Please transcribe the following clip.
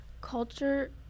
culture